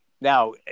Now